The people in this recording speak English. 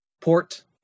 port